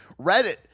Reddit